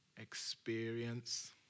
experience